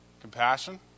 Compassion